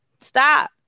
stop